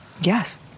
Yes